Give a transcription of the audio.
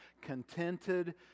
contented